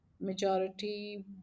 majority